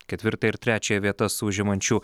ketvirtą ir trečią vietas užimančių